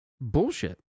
bullshit